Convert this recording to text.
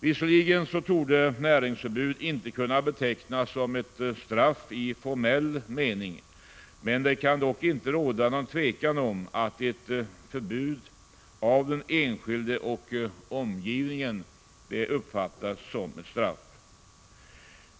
Visserligen torde näringsförbud inte kunna betecknas som ett straff i formell mening, men det kan dock inte råda något tvivel om att den enskilde och omgivningen uppfattar ett förbud som ett straff.